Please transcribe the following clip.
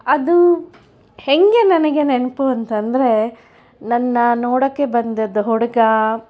ಅದು ಹೇಗೆ ನನಗೆ ನೆನಪು ಅಂತ ಅಂದರೆ ನನ್ನ ನೋಡೋಕೆ ಬಂದಿದ್ದ ಹುಡುಗ